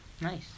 Nice